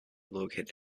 located